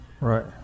Right